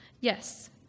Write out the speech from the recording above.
Yes